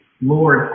Lord